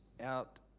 out